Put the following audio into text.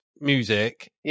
music